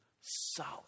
solid